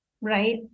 right